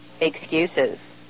excuses